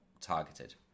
targeted